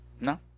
No